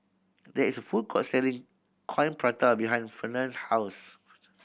there is a food court selling Coin Prata behind Fernand's house